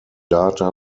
data